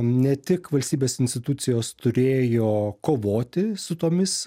ne tik valstybės institucijos turėjo kovoti su tomis